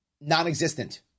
non-existent